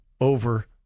over